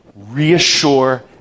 reassure